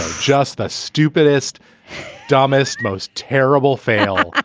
just the stupidest dumbest most terrible fail